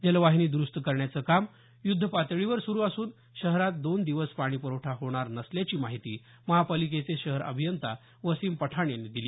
जलवाहिनी दरुस्त करण्याचं काम युद्धपातळीवर सुरु असून शहरात दोन दिवस पाणी पुरवठा होणार नसल्याची माहिती महापालिकेचे शहर अभियंता वसीम पठाण यांनी दिली